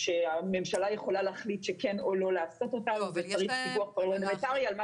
שם ההגדרה היא עצמאית לגבי השימוש בתו הירוק,